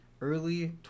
Early